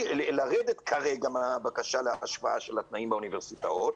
לרדת כרגע מהבקשה להשוואה של התנאים באוניברסיטאות.